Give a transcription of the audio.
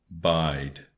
bide